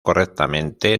correctamente